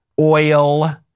oil